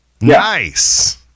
Nice